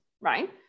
right